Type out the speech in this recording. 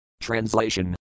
Translation